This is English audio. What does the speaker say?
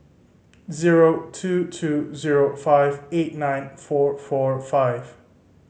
zero two two zero five eight nine four four five